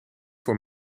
voor